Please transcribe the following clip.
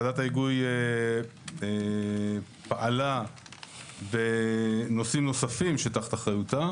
ועדת ההיגוי פעלה בנושאים נוספים שתחת אחריותה